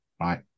right